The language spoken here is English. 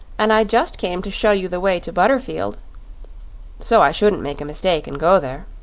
and i just came to show you the way to butterfield so i shouldn't make a mistake and go there